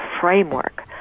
framework